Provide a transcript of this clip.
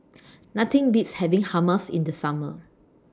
Nothing Beats having Hummus in The Summer